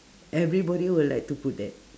everybody will like to put that